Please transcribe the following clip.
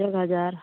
एक हजार